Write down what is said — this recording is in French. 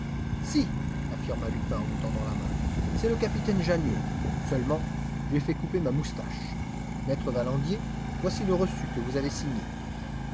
si affirma lupin en nous tendant la main c'est le capitaine janniot seulement j'ai fait couper ma moustache maître valandier voici le reçu que vous avez signé